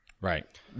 Right